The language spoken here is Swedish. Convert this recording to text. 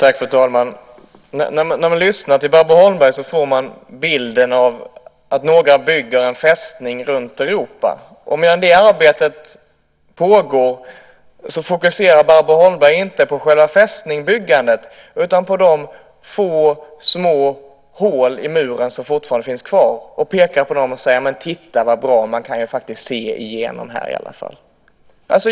Fru talman! När man lyssnar till Barbro Holmberg får man bilden att några bygger en fästning runt Europa. Och medan det arbetet pågår fokuserar Barbro Holmberg inte på själva fästningsbyggandet utan på de få, små hål i muren som fortfarande finns kvar. Hon pekar på dem och säger: Titta vad bra - man kan ju faktiskt se igenom!